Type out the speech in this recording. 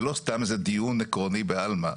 זה לא סתם איזה דיון עקרוני בעלמה.